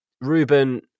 Ruben